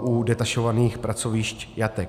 u detašovaných pracovišť jatek.